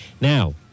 Now